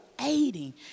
aiding